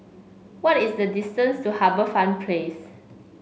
what is the distance to HarbourFront Place